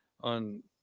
on